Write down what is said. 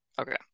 Okay